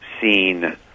seen